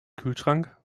kühlschrank